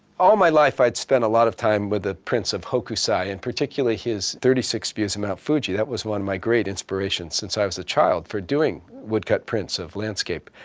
all my life i'd spent a lot of time with the prints of hokusai and particularly his thirty six views of mount fuji. that was one of my great inspirations since i was a child for doing woodcut prints of landscape.